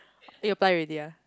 then you apply already ah